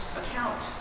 account